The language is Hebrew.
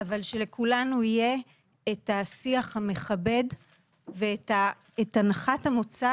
אבל שלכולנו יהיה את השיח המכבד ואת הנחת המוצא